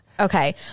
Okay